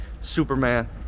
Superman